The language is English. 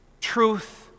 truth